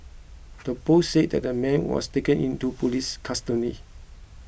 the post said that the man was taken into police custody